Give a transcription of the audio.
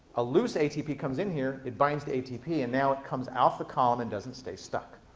a loose atp comes in here, it binds to atp and now it comes off the column and doesn't stay stuck.